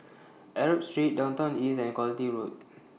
Arab Street Downtown East and Quality Road